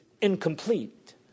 incomplete